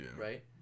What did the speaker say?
right